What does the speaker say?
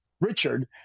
Richard